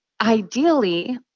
ideally